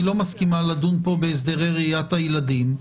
אני לא מסכימה לדון פה בהסדרי ראיית הילדים.